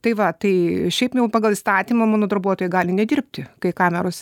tai va tai šiaip jau pagal įstatymą mano darbuotojai gali nedirbti kai kameros